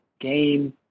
game